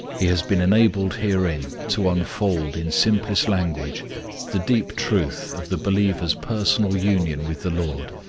he has been enabled herein to unfold in simplest language the deep truth of the believer's personal union with the lord,